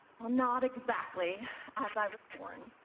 well, not exactly as i was born.